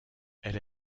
elle